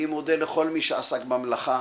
אני מודה לכל מי שעסק במלאכה.